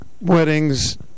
weddings